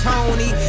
Tony